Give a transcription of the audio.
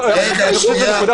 שיקבעו?